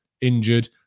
injured